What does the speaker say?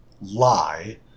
lie